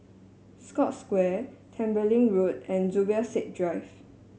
Scotts Square Tembeling Road and Zubir Said Drive